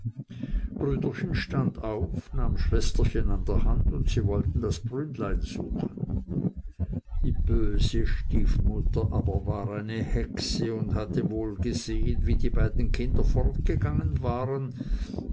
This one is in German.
brüderchen stand auf nahm schwesterchen an der hand und sie wollten das brünnlein suchen die böse stiefmutter aber war eine hexe und hatte wohl gesehen wie die beiden kinder fortgegangen waren